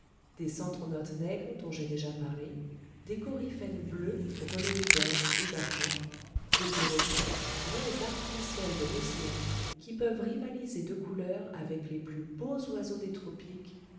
des centronotes nègres dont j'ai déjà parlé des coriphènes bleus relevés d'or et d'argent des perroquets vrais arcs-en-ciel de l'océan qui peuvent rivaliser de couleur avec les plus beaux oiseaux des tropiques